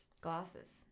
Glasses